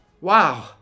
Wow